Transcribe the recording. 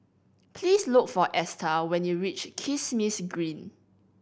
please look for Esta when you reach Kismis Green